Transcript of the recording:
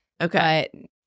Okay